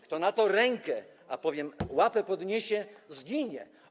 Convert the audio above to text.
Kto na to rękę, a powiem: łapę podniesie, zginie.